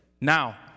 Now